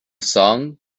song